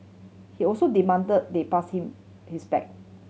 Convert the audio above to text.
he also demand they pass him his bag